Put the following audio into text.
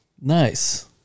Nice